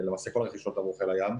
למעשה כל הרכישות עבור חיל הים,